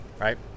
right